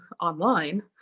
online